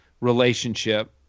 relationship